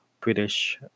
British